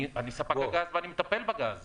אני ספק הגז ואני מטפל בגז.